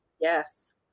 yes